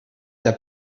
der